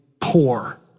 poor